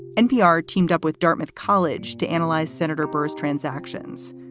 npr teamed up with dartmouth college to analyze senator burr's transactions.